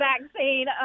vaccine